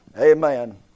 Amen